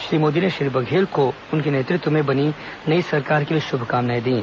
श्री मोदी ने श्री बधेल को उनके नेतृत्व में बनी नेई सरकार के लिए शुभकामनाए दीं